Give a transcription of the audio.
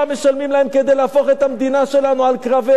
משלמים להם כדי להפוך את המדינה שלנו על קרביה.